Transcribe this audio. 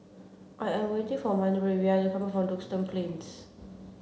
I am waiting for Manervia to come from Duxton Plains